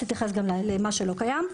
עוד מעט אתייחס למה שלא קיים.